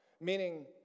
Meaning